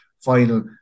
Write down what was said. final